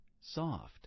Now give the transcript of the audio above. soft